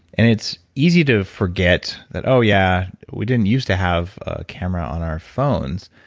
and it's easy to forget that, oh, yeah, we didn't use to have camera on our phones,